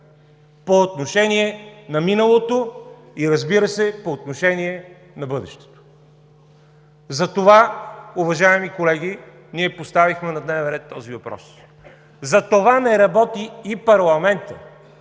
по отношение на миналото и, разбира се, по отношение на бъдещето. Затова, уважаеми колеги, ние поставихме на дневен ред този въпрос. Затова не работи и парламентът,